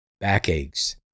backaches